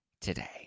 today